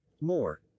More